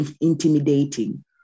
intimidating